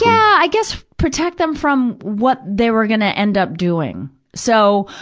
yeah, i guess protect them from what they were gonna end up doing. so,